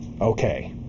okay